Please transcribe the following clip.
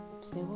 stay